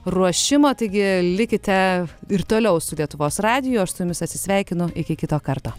ruošimo taigi likite ir toliau su lietuvos radiju aš su jumis atsisveikinu iki kito karto